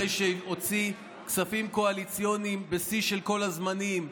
אחרי שהוא הוציא כספים קואליציוניים בשיא של כל הזמנים,